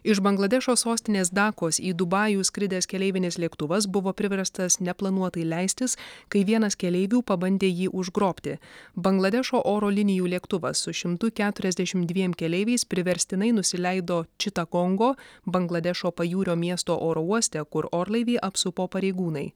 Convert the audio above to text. iš bangladešo sostinės dakos į dubajų skridęs keleivinis lėktuvas buvo priverstas neplanuotai leistis kai vienas keleivių pabandė jį užgrobti bangladešo oro linijų lėktuvas su šimtu keturiasdešimt dviem keleiviais priverstinai nusileido čita kongo bangladešo pajūrio miesto oro uoste kur orlaivį apsupo pareigūnai